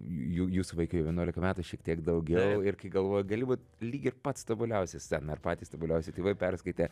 jų jūsų vaikai jau vienuolika metų šiek tiek daugiau ir kai galvoji gali būt lyg ir pats tobuliausias ten ar patys tobuliausi tėvai perskaitė